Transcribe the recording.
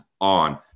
on